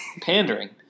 pandering